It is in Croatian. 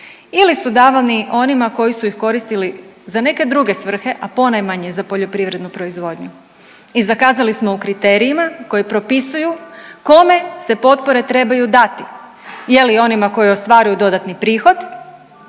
ili su davani onima koji su ih koristili za neke druge svrhe, a ponajmanje za poljoprivrednu proizvodnju. I zakazali smo u kriterijima koji propisuju kome se potpore trebaju dati je li onima koji ostvaruju dodatni prihod